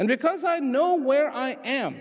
and because i know where i am